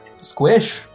Squish